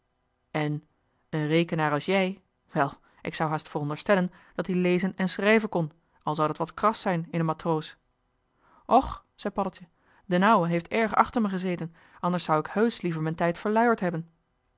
en een rekenaar als jij wel ik zou haast joh h been paddeltje de scheepsjongen van michiel de ruijter veronderstellen dat die lezen en schrijven kon al zou dat wat kras zijn in een matroos och zei paddeltje d'n ouwe heeft erg achter me gezeten anders zou ik heusch liever m'n tijd verluierd hebben